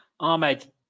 ahmed